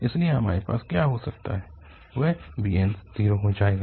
इसलिएहमारे पास क्या हो सकता हैं वह bns 0 हो जाएगा